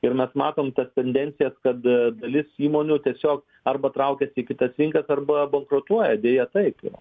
ir mes matom tas tendencijas kad dalis įmonių tiesiog arba traukiasi į kitas rinkas arba bankrutuoja deja taip yra